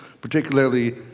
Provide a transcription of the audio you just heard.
particularly